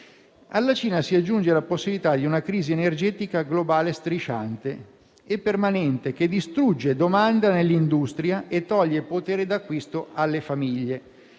Alla Cina si aggiunge la possibilità di una crisi energetica globale strisciante e permanente, che distrugge la domanda nell'industria e toglie potere d'acquisto alle famiglie.